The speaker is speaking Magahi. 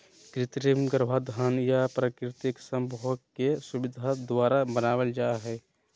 कृत्रिम गर्भाधान या प्राकृतिक संभोग की सुविधा द्वारा बनाबल जा हइ